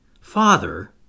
Father